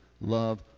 love